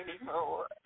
anymore